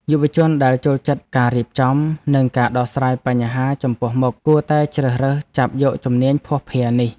យុវជនដែលចូលចិត្តការរៀបចំ និងការដោះស្រាយបញ្ហាចំពោះមុខគួរតែជ្រើសរើសចាប់យកជំនាញភស្តុភារនេះ។